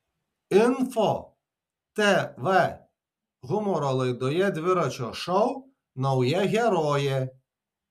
info tv humoro laidoje dviračio šou nauja herojė